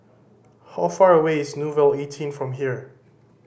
how far away is Nouvel eighteen from here